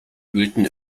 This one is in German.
wühlten